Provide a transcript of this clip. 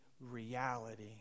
reality